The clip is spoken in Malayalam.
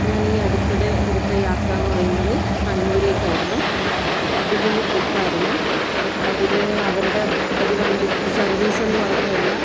ഞാനീ അടുത്തിടെ എടുത്ത യാത്ര എന്ന് പറയുന്നത് കണ്ണൂരേക്കായിരുന്നു അടിപൊളി ട്രിപ്പ് ആയിരുന്നു അതില് അവരുടെ ഒരു വണ്ടി സർവീസ് എന്ന് പറഞ്ഞുകഴിഞ്ഞാൽ